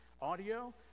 audio